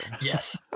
Yes